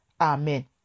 Amen